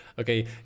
Okay